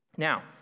Now